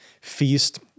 feast